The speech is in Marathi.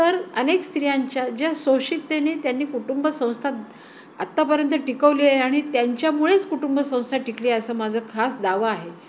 तर अनेक स्त्रियांच्या ज्या सोशिकतेने त्यांनी कुटुंब संस्था आत्तापर्यंत टिकवले आणि त्यांच्यामुळेच कुटुंब संंस्था टिकली असं माझं खास दावा आहे